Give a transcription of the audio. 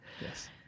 Yes